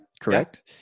correct